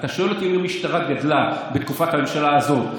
אתה שואל אותי אם המשטרה גדלה בתקופת הממשלה הזאת,